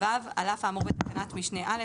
(ו)על אף האמור בתקנת משנה (א),